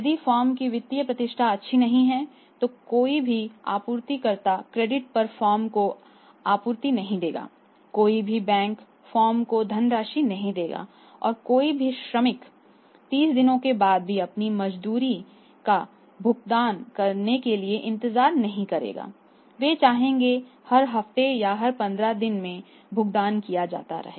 यदि फर्म की वित्तीय प्रतिष्ठा अच्छी नहीं है तो कोई आपूर्तिकर्ता क्रेडिट पर फर्म को आपूर्ति नहीं करेगा कोई भी बैंक फर्मों को धनराशि नहीं देगा और कोई भी श्रमिक 30 दिनों के बाद भी अपनी मजदूरी का भुगतान करने के लिए इंतजार नहीं करेगा वे चाहेंगे हर हफ्ते या हर 15 दिनों में भुगतान किया जाता है